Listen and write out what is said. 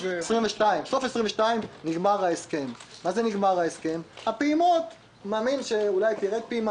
נגמר בסוף שנת 2022. אני מאמין שאולי תרד פעימה,